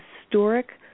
historic